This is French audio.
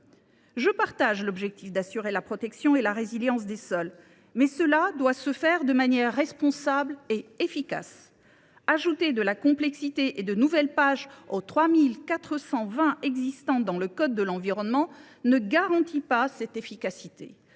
souscris à l’objectif d’assurer la protection et la résilience des sols, cela doit se faire de manière responsable et efficace. Ajouter de la complexité et de nouvelles pages aux 3 420 que compte déjà le code de l’environnement ne garantit pas cette efficacité,